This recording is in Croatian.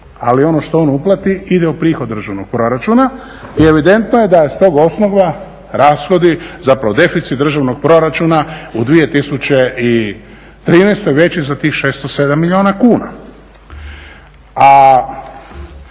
Ali ono što on uplati ide u prihod državnog proračuna. I evidentno je da je s tog osnova rashodi zapravo deficit državnog proračuna u 2013. veći za tih 607 milijuna kuna.